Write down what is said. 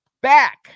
Back